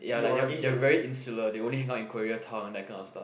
ya like they they are very insular they only hang out in Korea town that kind of stuff